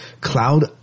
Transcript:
Cloud